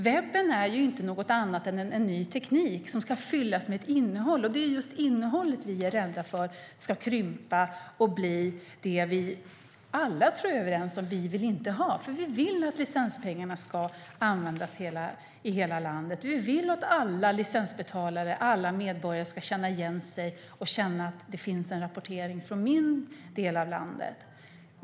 Webben är ingenting annat än en ny teknik som ska fyllas med ett innehåll, och det är just innehållet vi är rädda för ska krympa och bli det jag tror att vi alla är överens om att vi inte vill ha. Vi vill att licenspengarna ska användas i hela landet, och vi vill att alla licensbetalare - alla medborgare - ska känna igen sig och känna att det finns en rapportering från deras del av landet.